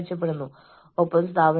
പിന്നെ എന്തുകൊണ്ടാണ് അത് പ്രധാനമായത്